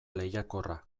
lehiakorra